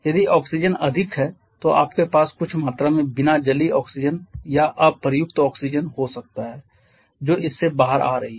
यदि ऑक्सीजन अधिक है तो आपके पास कुछ मात्रा में बिना जली ऑक्सीजन या अप्रयुक्त ऑक्सीजन हो सकता है जो इससे बाहर आ रही है